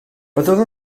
byddwn